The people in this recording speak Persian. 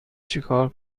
چکار